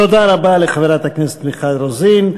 תודה רבה לחברת הכנסת מיכל רוזין.